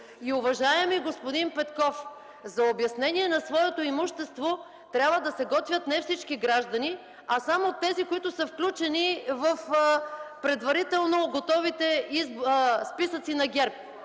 Уважаеми господин Петков, за обяснение на своето имущество трябва да се готвят не всички граждани, а само тези, които са включени в предварително готовите списъци на ГЕРБ.